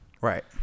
Right